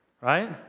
right